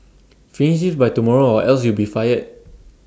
finish this by tomorrow or else you'll be fired